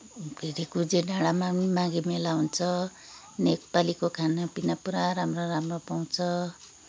फेरि कुजे डाँडामा पनि माघे मेला हुन्छ नेपालीको खाना पिना पुरा राम्रो राम्रो पाउँछ